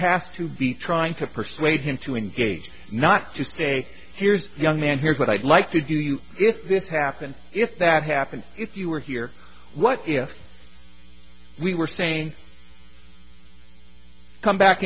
has to be trying to persuade him to engage not to say here's a young man here's what i'd like to do you if this happened if that happened if you were here what if we were saying come back